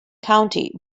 county